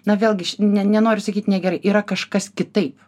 na vėl ne nenoriu sakyt negerai yra kažkas kitaip